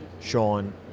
sean